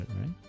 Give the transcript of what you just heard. right